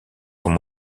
sont